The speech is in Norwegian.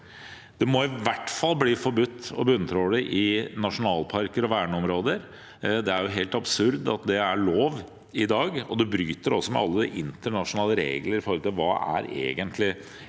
Det må i hvert fall bli forbudt å bunntråle i nasjonalparker og verneområder. Det er helt absurd at det er lov i dag, og det bryter også med alle internasjonale regler om hva et vern egentlig